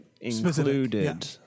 included